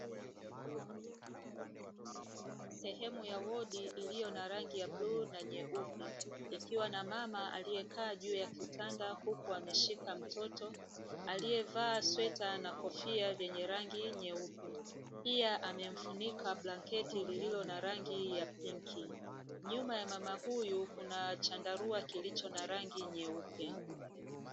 Sehemu ya wodi iliyo na rangi ya bluu na nyeupe, ikiwa na mama aliyekaa juu ya kitanda huku ameshika mtoto aliyevaa sweta na kofia vyenye rangi nyeupe, pia amemfunika blanketi lililo na rangi ya pinki, nyuma ya mama huyu kuna chandarua kilicho na rangi nyeupe.